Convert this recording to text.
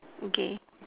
okay